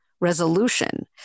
resolution